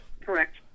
Correct